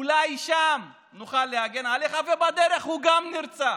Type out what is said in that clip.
אולי שם נוכל להגן עליך, ובדרך הוא גם נרצח.